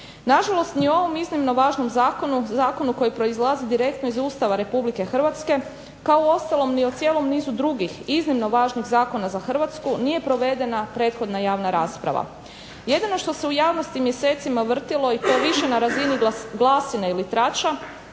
Nažalost, ni ovom iznimnom važnom zakonu, zakonu koji proizlazi direktno iz Ustava Republike Hrvatske, kao uostalom ni o cijelom nizu drugih iznimno važnih zakona za Hrvatsku nije provedena prethodna javna rasprava. Jedino što se u javnosti mjesecima vrtilo i to više na razini glasine ili trača,